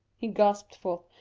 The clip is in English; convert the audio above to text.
he gasped forth,